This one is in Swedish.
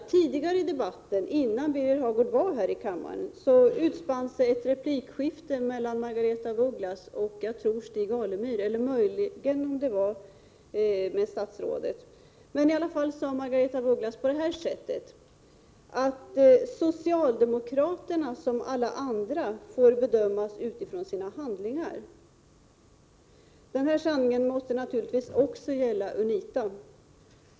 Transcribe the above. Tidigare i debatten, innan Birger Hagård var i kammaren, utspann sig ett replikskifte mellan Margaretha af Ugglas och Stig Alemyr eller möjligen statsrådet. Margaretha af Ugglas sade i alla fall: Socialdemokraterna som alla andra får bedömas utifrån sina handlingar. Den sanningen måste naturligtvis också gälla UNITA.